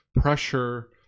pressure